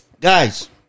guys